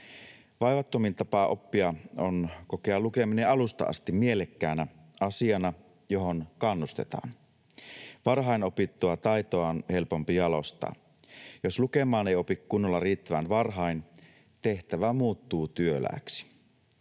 Vaivattomin tapa oppia on kokea lukeminen alusta asti mielekkäänä asiana, johon kannustetaan. Varhain opittua taitoa on helpompi jalostaa. Jos lukemaan ei opi kunnolla riittävän varhain, tehtävä muuttuu työlääksi.